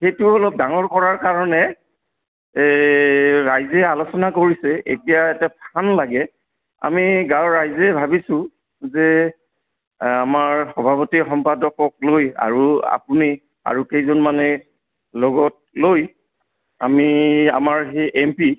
সেইটো অলপ ডাঙৰ কৰাৰ কাৰণে ৰাইজে আলোচনা কৰিছে এতিয়া এটা ফাণ্ড লাগে আমি গাঁৱৰ ৰাইজে ভাবিছোঁ যে আমাৰ সভাপতি সম্পাদকক লৈ আৰু আপুনি আৰু কেইজনমানে লগত লৈ আমি আমাৰ সেই এম পি